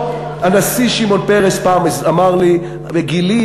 הנשיא שמעון פרס פעם אמר לי: בגילי,